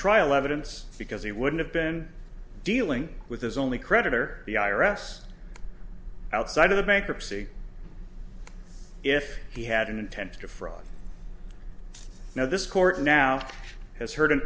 trial evidence because he would have been dealing with his only creditor the i r s outside of the bankruptcy if he had an intent to fraud now this court now has heard an